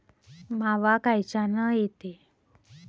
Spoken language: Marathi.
मावा कायच्यानं येते?